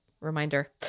Reminder